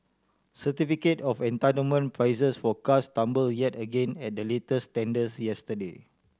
certificate of entitlement prices for cars tumble yet again at the latest tenders yesterday